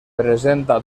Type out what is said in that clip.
presenta